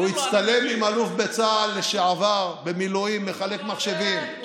הוא הצטלם עם אלוף בצה"ל לשעבר במילואים מחלק מחשבים.